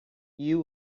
you